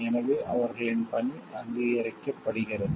எனவே அவர்களின் பணி அங்கீகரிக்கப்படுகிறது